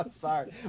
sorry